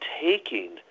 taking